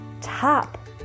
top